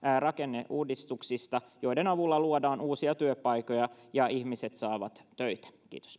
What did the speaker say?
rakenneuudistuksista joiden avulla luodaan uusia työpaikkoja ja ihmiset saavat töitä